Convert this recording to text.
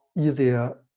easier